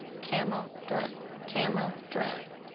camo dress. camo dress.